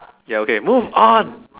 ya okay move on